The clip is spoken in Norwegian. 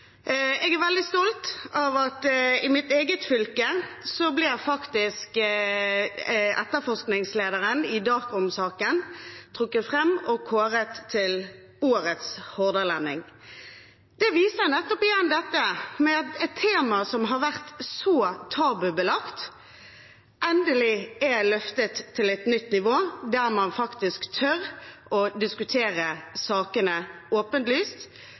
Jeg er veldig stolt av at i mitt eget fylke ble etterforskningslederen i Dark Room-saken trukket fram og kåret til Årets Hordalending. Det viser igjen nettopp dette med at et tema som har vært så tabubelagt, endelig er løftet til et nytt nivå, der man faktisk tør å diskutere sakene